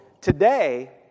Today